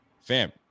fam